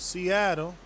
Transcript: Seattle